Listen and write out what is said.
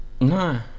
No